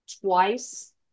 twice